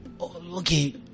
okay